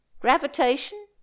Gravitation